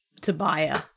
Tobiah